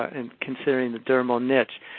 and considering the dermal niche.